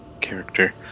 character